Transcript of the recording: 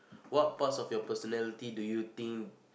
what parts of your personality do you think